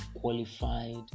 qualified